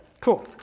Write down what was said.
cool